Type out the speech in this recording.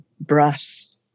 brass